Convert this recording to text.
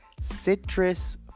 citrus